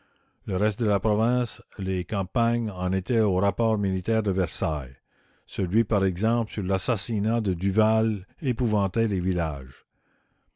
le reste de la province les campagnes en étaient aux rapports militaires de versailles celui par exemple sur l'assassinat de duval épouvantait les villages